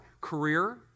Career